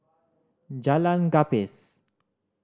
Jalan Gapis